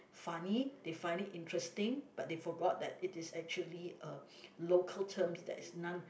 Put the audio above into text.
funny they find it interesting but they forgot that it is actually a local term that is none